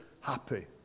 happy